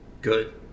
Good